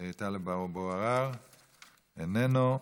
טלב אבו עראר, איננו.